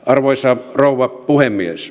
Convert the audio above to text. arvoisa rouva puhemies